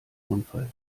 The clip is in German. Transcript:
unfall